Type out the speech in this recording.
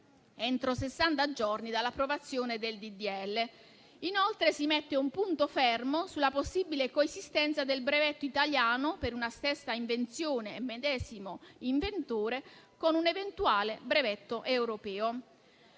sessanta giorni dall'approvazione del disegno di legge. Inoltre, si mette un punto fermo sulla possibile coesistenza del brevetto italiano, per una stessa invenzione e medesimo inventore, con un eventuale brevetto europeo.